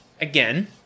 again